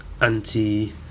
anti